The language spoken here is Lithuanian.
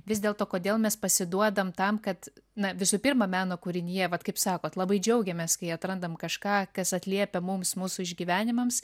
vis dėlto kodėl mes pasiduodam tam kad na visų pirma meno kūrinyje vat kaip sakot labai džiaugiamės kai atrandam kažką kas atliepia mums mūsų išgyvenimams